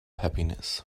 happiness